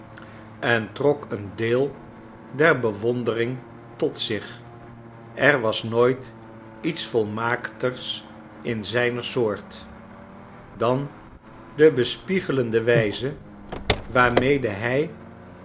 en trok een deel der bewondering tot zich er was nooit iets volmaakters in zijne soort dan de bespiegelende wijze waarmede hij